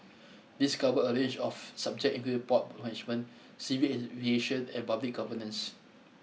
these cover a range of subject including port management civil aviation and public governance